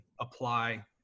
apply